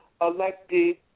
elected